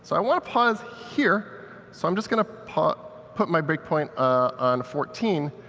i want to pause here, so i'm just going to put put my breakpoint ah on fourteen.